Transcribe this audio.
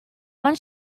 one